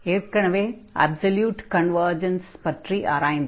ஏற்கெனவே absolute convergence பற்றி ஆராய்ந்தோம்